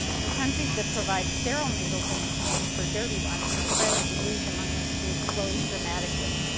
in countries that provide sterile needles in exchange for dirty ones, the spread of disease among this group slows dramatically.